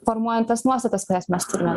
formuojant tas nuostatas kurias mes turime